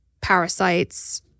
parasites